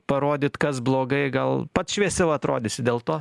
parodyt kas blogai gal pats šviesiau atrodysi dėl to